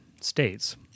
states